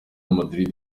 madrid